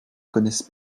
connaissent